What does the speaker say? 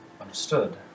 Understood